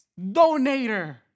donator